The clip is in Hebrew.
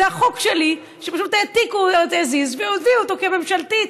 זה החוק שלי שפשוט העתיקו אותו as is והביאו אותו כממשלתית,